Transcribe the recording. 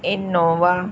Innova